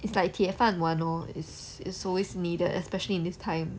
it's like 铁饭碗 lor it's it's always needed especially in this time